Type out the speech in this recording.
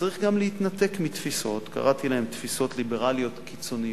וצריך להתנתק גם מתפיסות שקראתי להן תפיסות ליברליות קיצוניות,